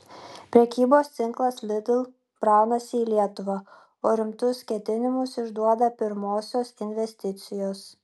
prekybos tinklas lidl braunasi į lietuvą o rimtus ketinimus išduoda pirmosios investicijos